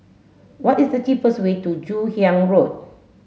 what is the cheapest way to Joon Hiang Road